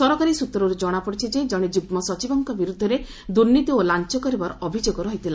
ସରକାରୀ ସୂତ୍ରରୁ ଜଣାପଡ଼ିଛି ଯେ ଜଣେ ଯୁଗ୍ମ ସଚିବଙ୍କ ବିରୁଦ୍ଧରେ ଦୁର୍ନୀତି ଓ ଲାଞ୍ଚ କାରବାର ଅଭିଯୋଗ ରହିଥିଲା